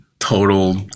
total